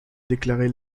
déclaré